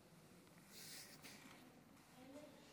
האלימה,